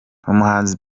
umuhanzi